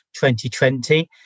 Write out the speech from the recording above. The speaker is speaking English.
2020